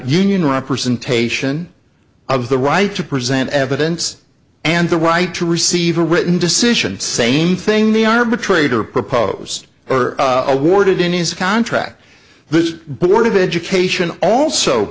union representation of the right to present evidence and the right to receive a written decision same thing the arbitrator proposed or awarded in his contract the board of education also